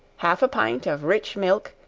half a pint of rich milk,